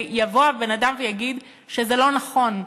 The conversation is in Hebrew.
ויבוא האדם שיגיד שזה לא נכון.